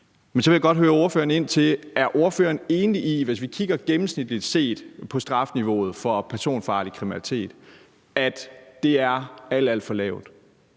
Men så vil jeg godt høre, om ordføreren er enig i, hvis vi kigger gennemsnitligt på strafniveauet for personfarlig kriminalitet, at det er alt, alt for lavt.